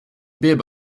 bib